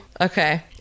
okay